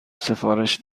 سفارش